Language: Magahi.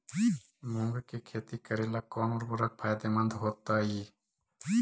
मुंग के खेती करेला कौन उर्वरक फायदेमंद होतइ?